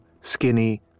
skinny